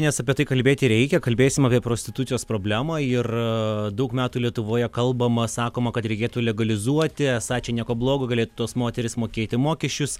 nes apie tai kalbėti reikia kalbėsime apie prostitucijos problemą ir daug metų lietuvoje kalbama sakoma kad reikėtų legalizuoti esą čia nieko blogo galėtų tos moterys mokėti mokesčius